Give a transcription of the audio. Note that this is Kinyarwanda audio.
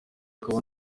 akaba